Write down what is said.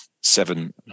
seven